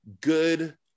good